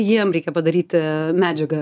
jiem reikia padaryti medžiagą